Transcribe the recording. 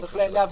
צריך להבדיל.